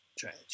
cioè